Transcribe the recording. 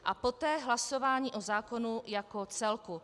A poté hlasování o zákonu jako celku.